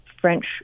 French